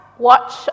watch